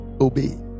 obey